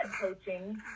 coaching